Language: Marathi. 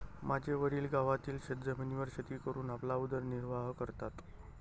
माझे वडील गावातील शेतजमिनीवर शेती करून आपला उदरनिर्वाह करतात